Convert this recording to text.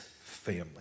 family